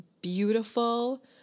beautiful